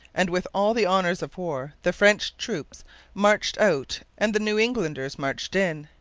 and with all the honours of war, the french troops marched out and the new englanders marched in.